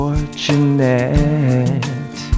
Fortunate